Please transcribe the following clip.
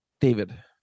David